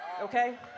Okay